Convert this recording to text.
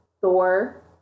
Thor